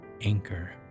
anchor